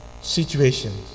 situations